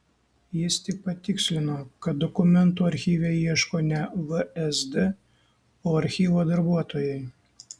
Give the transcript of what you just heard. jis tik patikslino kad dokumentų archyve ieško ne vsd o archyvo darbuotojai